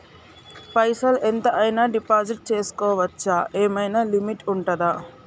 పైసల్ ఎంత అయినా డిపాజిట్ చేస్కోవచ్చా? ఏమైనా లిమిట్ ఉంటదా?